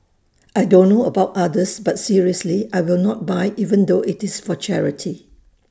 I don't know about others but seriously I will not buy even though IT is for charity